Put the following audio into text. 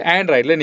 Android